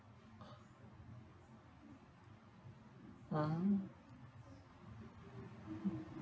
ah